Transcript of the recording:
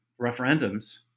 referendums